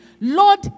Lord